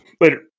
Later